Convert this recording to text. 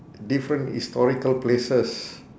different historical places